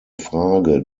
frage